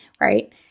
right